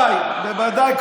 רביי, בוודאי.